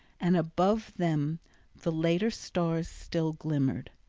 and above them the later stars still glimmered.